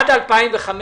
עד 2015,